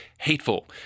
hateful